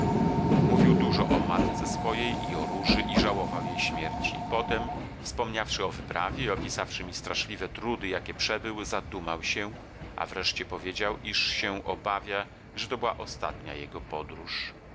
mówił dużo o matce swojej i o róży i żałował jej śmierci potem wspomniawszy o wyprawie i opisawszy mi straszliwe trudy jakie przebył zadumał się a wreszcie powiedział iż się obawia że to była ostatnia jego podróż